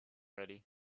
ready